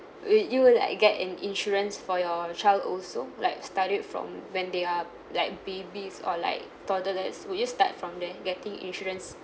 would you will get an insurance for your child also like start it from when they are like babies or like toddlers would you start from there getting insurance